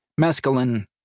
mescaline